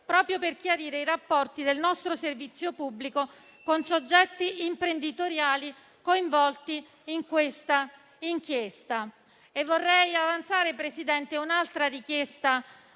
proprio per chiarire i rapporti del nostro servizio pubblico con i soggetti imprenditoriali coinvolti in questa inchiesta. Vorrei avanzare un'altra richiesta,